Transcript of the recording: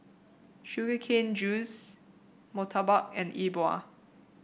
Sugar Cane Juice murtabak and E Bua